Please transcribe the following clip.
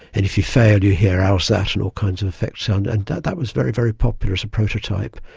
and if you fail you hear howzat? and all kinds of effects sounds, and that was very, very popular as a prototype.